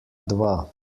dva